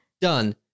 Done